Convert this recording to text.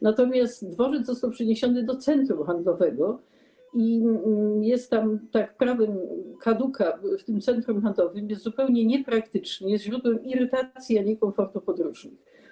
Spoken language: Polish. Natomiast dworzec został przeniesiony do centrum handlowego i jest tam na zasadzie prawa kaduka, w tym centrum handlowym jest zupełnie niepraktyczny, jest źródłem irytacji, a nie komfortu podróżnych.